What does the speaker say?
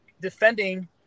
defending